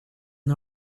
and